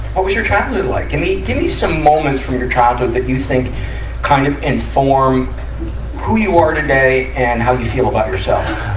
what was your childhood like? give me, give me some moments from your childhood that you think kind of inform who you are today and how you feel about yourself.